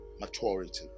maturity